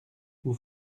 vous